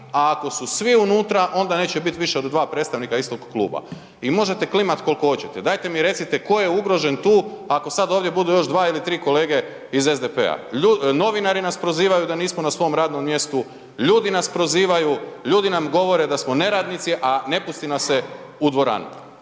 a ako su svi unutra, onda neće bit više od 2 predstavnika istog kluba. I možete klimati koliko hoćete. Dajte mi recite tko je ugrožen tu ako sad ovdje budu još 2 ili 3 kolege iz SDP-a? Novinari nas prozivaju da nismo na svom radnom mjestu, ljudi nas prozivaju, ljudi nam govore da smo neradnici, a ne pusti nas se u dvoranu.